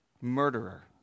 murderer